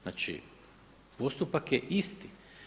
Znači, postupak je isti.